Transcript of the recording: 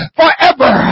forever